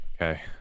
Okay